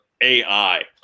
AI